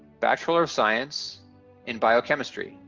bachelor of science in biochemistry.